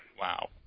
Wow